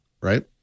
right